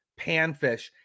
panfish